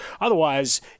Otherwise